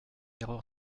erreur